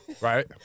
Right